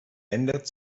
ändert